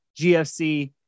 GFC